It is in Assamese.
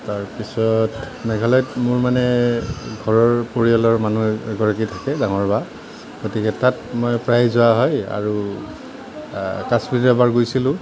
তাৰ পিছত মেঘালয়ত মোৰ মানে ঘৰৰ পৰিয়ালৰ মানুহ এগৰাকী থাকে ডাঙৰ বা গতিকে তাত মই প্ৰায় যোৱা হয় আৰু কাশ্মীৰো এবাৰ গৈছিলোঁ